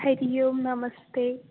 हरिः ओम् नमस्ते